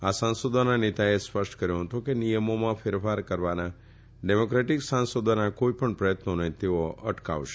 આ સાંસદોના નેતાએ સ્પષ્ટ કર્યુ હતું કે નિયમોમાં ફેરફાર કરવાના ડેમોક્રેટીક સાંસદોના કોઇપણ પ્રયત્નોને તેનો અટકાવશે